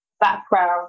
background